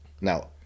Now